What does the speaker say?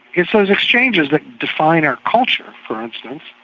it's those exchanges that define our culture, for instance,